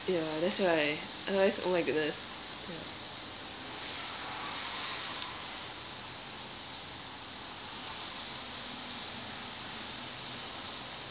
ya that's why otherwise oh my goodness